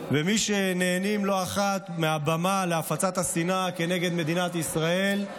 ומי שנהנים לא אחת מהבמה להפצת השנאה נגד מדינת ישראל,